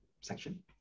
section